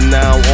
now